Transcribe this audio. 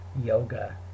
yoga